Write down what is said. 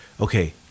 Okay